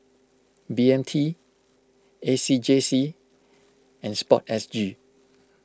B M T A C J C and Sport S G